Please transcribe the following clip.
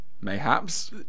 Mayhaps